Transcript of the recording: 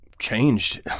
changed